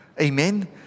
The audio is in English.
Amen